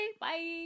bye